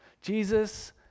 Jesus